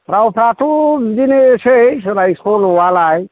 रावफ्राथ' बिदिनोसै सोलाय सोल'आलाय